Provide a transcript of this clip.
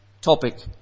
topic